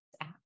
app